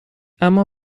اما